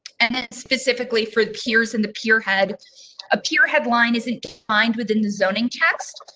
and then specifically for peers, in the pure head appear headline isn't find within the zoning text,